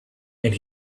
and